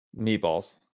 Meatballs